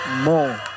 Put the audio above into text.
More